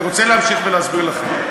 אני רוצה להמשיך ולהסביר לכם.